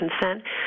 consent